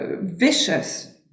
vicious